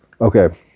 Okay